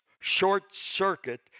short-circuit